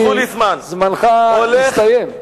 זמנך יסתיים.